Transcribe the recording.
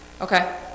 Okay